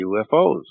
UFOs